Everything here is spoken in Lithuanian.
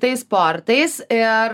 tais sportais ir